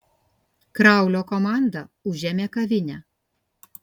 kraulio komanda užėmė kavinę